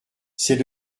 c’est